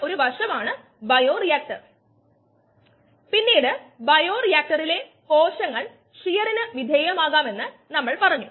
അത്തരം ബയോറിയാക്ടറുകളെ എൻസൈം ബയോറിയാക്ടറുകൾ എന്ന് വിളിക്കുന്നു